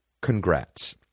Congrats